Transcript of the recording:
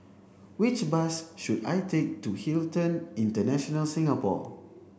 which bus should I take to Hilton International Singapore